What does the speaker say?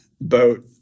boat